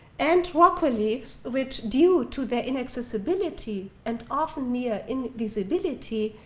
and rock reliefs which, due to their inaccessibility and often near invisibility,